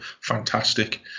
fantastic